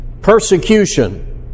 persecution